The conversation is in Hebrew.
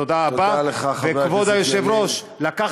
תודה לך, חבר הכנסת ילין.